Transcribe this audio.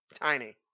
tiny